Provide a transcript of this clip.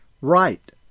right